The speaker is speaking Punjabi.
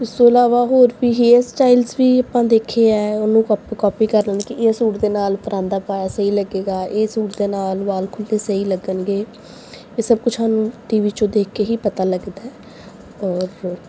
ਉਸ ਤੋਂ ਇਲਾਵਾ ਹੋਰ ਵੀ ਹੇਅਰ ਸਟਾਈਲਸ ਵੀ ਆਪਾਂ ਦੇਖੇ ਆ ਉਹਨੂੰ ਕੋਪ ਕੋਪੀ ਕਰ ਲੈਂਦੇ ਕਿ ਇਹ ਸੂਟ ਦੇ ਨਾਲ ਪਰਾਂਦਾ ਪਾਇਆ ਸਹੀ ਲੱਗੇਗਾ ਇਹ ਸੂਟ ਦੇ ਨਾਲ ਵਾਲ ਖੁੱਲ੍ਹੇ ਸਹੀ ਲੱਗਣਗੇ ਇਹ ਸਭ ਕੁਛ ਸਾਨੂੰ ਟੀ ਵੀ 'ਚੋਂ ਦੇਖ ਕੇ ਹੀ ਪਤਾ ਲੱਗਦਾ ਔਰ